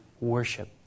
worship